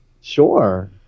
Sure